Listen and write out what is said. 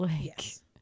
Yes